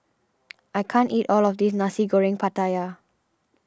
I can't eat all of this Nasi Goreng Pattaya